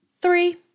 three